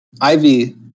Ivy